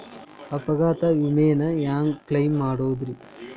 ಅಪಘಾತ ವಿಮೆನ ಹ್ಯಾಂಗ್ ಕ್ಲೈಂ ಮಾಡೋದ್ರಿ?